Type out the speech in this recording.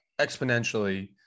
exponentially